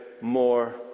more